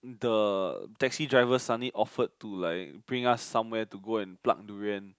the taxi driver suddenly offered to like bring us somewhere to go and pluck durian